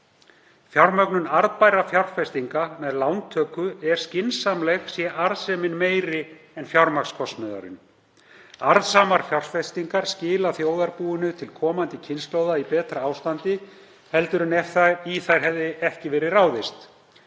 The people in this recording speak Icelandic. Fjármögnun arðbærra fjárfestinga með lántöku er skynsamleg sé arðsemin meiri en fjármagnskostnaðurinn. Arðsamar fjárfestingar skila þjóðarbúinu til komandi kynslóða í betra ástandi heldur en ef í þær hefði ekki verið ráðist.